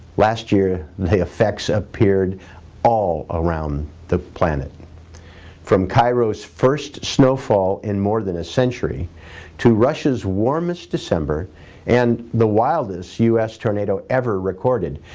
last year the effects appeared all around the planet from cairo's first snowfall in more than a century to russia's warmest december and the wildest u s. tornado ever recorded.